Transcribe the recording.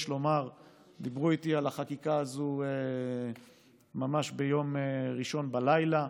דיברו איתי על החקיקה הזאת ביום ראשון בלילה.